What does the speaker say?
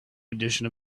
edition